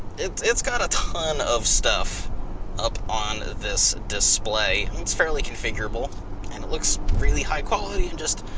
it's it's got a ton of stuff up on this display. it's fairly configurable and it looks really high quality and just,